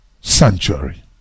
sanctuary